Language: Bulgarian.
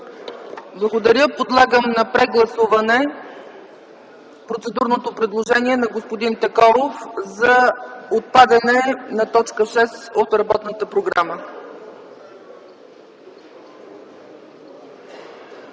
Благодаря. Подлагам на прегласуване процедурното предложение на господин Такоров за отпадане на т. 6 от работната програма.